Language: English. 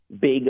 big